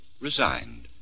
Resigned